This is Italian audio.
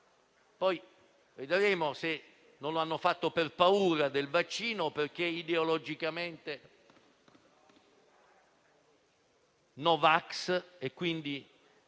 Poi vedremo se non l'hanno fatto per paura del vaccino o perché ideologicamente no vax e quindi